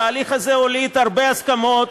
התהליך הזה הוליד הרבה הסכמות